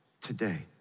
today